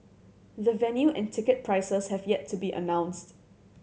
the venue and ticket prices have yet to be announced